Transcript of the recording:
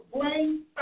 blame